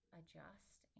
adjust